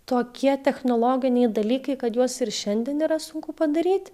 tokie technologiniai dalykai kad juos ir šiandien yra sunku padaryt